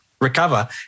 recover